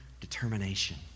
determination